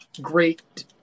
great